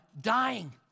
dying